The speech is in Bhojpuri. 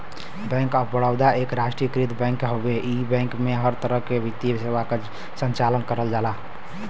बैंक ऑफ़ बड़ौदा एक राष्ट्रीयकृत बैंक हउवे इ बैंक में हर तरह क वित्तीय सेवा क संचालन करल जाला